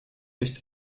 есть